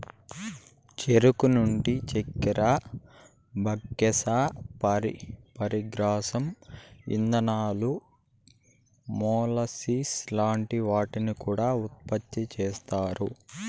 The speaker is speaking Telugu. చెరుకు నుండి చక్కర, బగస్సే, పశుగ్రాసం, ఇథనాల్, మొలాసిస్ లాంటి వాటిని కూడా ఉత్పతి చేస్తారు